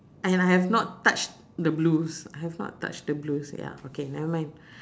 and I have not touch the blues I have not touch the blues ya okay nevermind